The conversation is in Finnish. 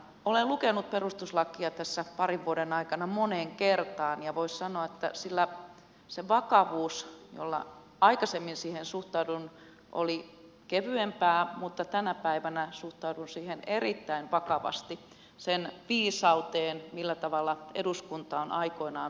olen lukenut perustuslakia tässä parin vuoden aikana moneen kertaan ja voisi sanoa että se vakavuus jolla aikaisemmin siihen suhtauduin oli kevyempää mutta tänä päivänä suhtaudun siihen erittäin vakavasti sen viisauteen millä tavalla eduskunta on aikoinaan perustuslakia uudistanut